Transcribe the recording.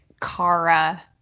Kara